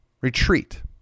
retreat